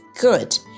good